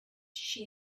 she